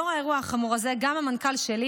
המנכ"ל שלי